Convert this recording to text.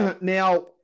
now